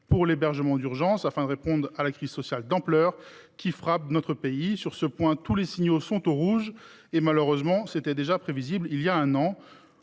pour l’hébergement d’urgence afin de répondre à la crise sociale d’ampleur qui frappe notre pays. Sur ce point tous les signaux sont au rouge, et, malheureusement, c’était déjà prévisible voilà un an.